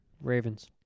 Ravens